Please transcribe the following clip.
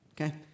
Okay